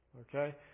Okay